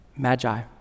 Magi